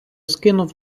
скинув